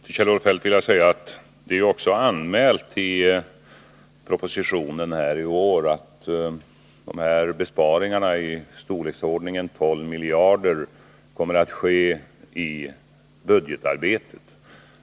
Herr talman! Till Kjell-Olof Feldt vill jag säga att det ju också är anmält i propositionen i år att de här besparingarna — i storleksordningen 12 miljarder - kommer att behandlas i budgetarbetet.